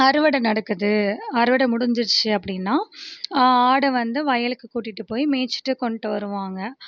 அறுவடை நடக்குது அறுவடை முடிஞ்சுருச்சு அப்படினா ஆடை வந்து வயலுக்கு கூட்டிகிட்டு போயி மேய்ச்சுட்டு கொண்டு வருவாங்க